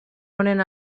honen